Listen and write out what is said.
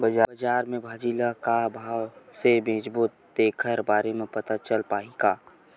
बजार में भाजी ल का भाव से बेचबो तेखर बारे में पता चल पाही का?